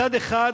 מצד אחד,